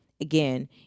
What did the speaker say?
again